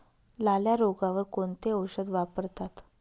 लाल्या रोगावर कोणते औषध वापरतात?